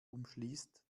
umschließt